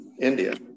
India